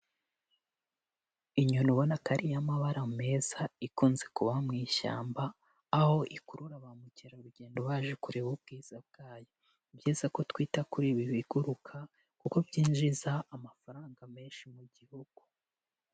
Inyoni ubona ko ari iy'amabara meza ikunze kuba mu ishyamba aho ikurura ba mukerarugendo baje kureba ubwiza bwayo, ni byiza ko twita kuri ibi biguruka kuko byinjiza amafaranga menshi mu gihugu.